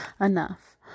enough